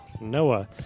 Noah